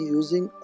using